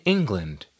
England